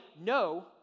no